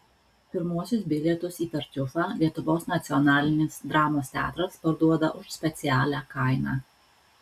pirmuosius bilietus į tartiufą lietuvos nacionalinis dramos teatras parduoda už specialią kainą